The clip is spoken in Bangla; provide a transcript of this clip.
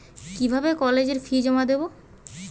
কিভাবে কলেজের ফি জমা দেবো?